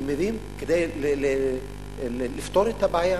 מביאים כדי לפתור את הבעיה.